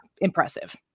impressive